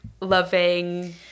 loving